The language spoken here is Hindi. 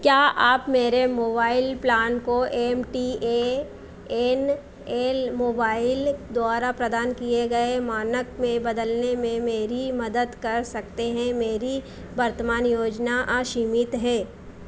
क्या आप मेरे मोबाइल प्लान को M T A N L mobile द्वारा प्रदान किए गए मानक में बदलने में मेरी मदद कर सकते हैं मेरी वर्तमान योजना असीमित है